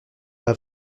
pas